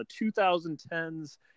2010's